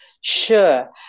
Sure